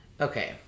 Okay